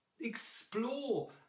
explore